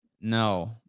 No